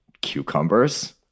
cucumbers